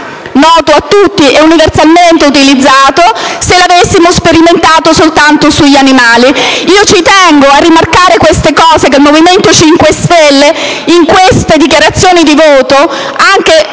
noto a tutti e universalmente utilizzato, se l'avessimo sperimentato soltanto sugli animali. Ci tengo a rimarcare che il Movimento 5 Stelle in queste dichiarazioni di voto, a